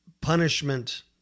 punishment